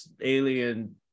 alien